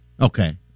Okay